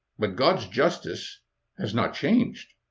but god's justice has not changed.